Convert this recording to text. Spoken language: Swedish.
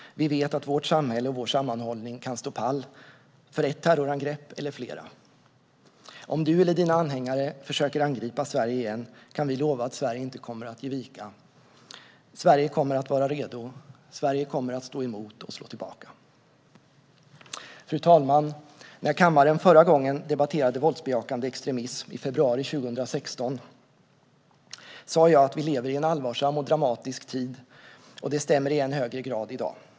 Vi vet att vårt samhälle och vår sammanhållning kan stå pall för ett terrorangrepp eller flera. Om du eller dina anhängare försöker att angripa Sverige igen kan vi lova att Sverige inte kommer att ge vika. Sverige kommer att vara redo. Sverige kommer att stå emot och slå tillbaka. Fru talman! Förra gången som kammaren debatterade våldsbejakande extremism, i februari 2016, sa jag att vi lever i en allvarsam och dramatisk tid, och det stämmer i än högre grad i dag.